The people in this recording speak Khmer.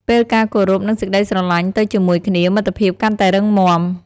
ពេលការគោរព និងសេចក្ដីស្រឡាញ់ទៅជាមួយគ្នា មិត្តភាពកាន់តែរឹងមាំ។